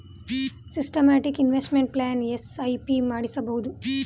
systematic investment plan SIP ಮಾಡಿಸಬಹುದು